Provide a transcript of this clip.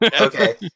Okay